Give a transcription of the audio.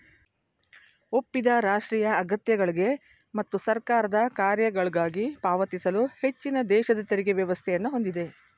ಒಪ್ಪಿದ ರಾಷ್ಟ್ರೀಯ ಅಗತ್ಯಗಳ್ಗೆ ಮತ್ತು ಸರ್ಕಾರದ ಕಾರ್ಯಗಳ್ಗಾಗಿ ಪಾವತಿಸಲು ಹೆಚ್ಚಿನದೇಶದ ತೆರಿಗೆ ವ್ಯವಸ್ಥೆಯನ್ನ ಹೊಂದಿದೆ